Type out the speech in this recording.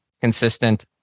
consistent